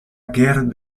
guerre